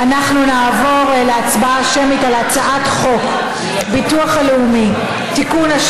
אנחנו נעבור להצבעה שמית על הצעת חוק הביטוח הלאומי (תיקון,